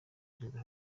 perezida